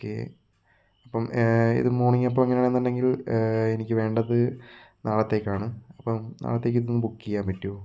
okay അപ്പം ഇത് morning എപ്പോൾ ഇങ്ങനെ ആണെന്നുണ്ടെങ്കിൽ എനിക്ക് വേണ്ടത് നാളത്തേക്കാണ് അപ്പം നാളത്തേക്ക് ഇതൊന്ന് ബുക്ക് ചെയ്യാൻ പറ്റുമോ